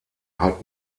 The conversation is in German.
hat